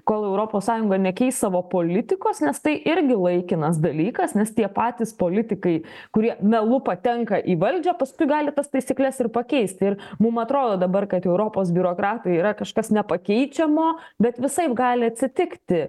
kol europos sąjunga nekeis savo politikos nes tai irgi laikinas dalykas nes tie patys politikai kurie melu patenka į valdžią paskui gali tas taisykles ir pakeisti ir mum atrodo dabar kad europos biurokratai yra kažkas nepakeičiamo bet visaip gali atsitikti